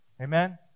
Amen